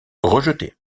rejetée